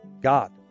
God